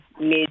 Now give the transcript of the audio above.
major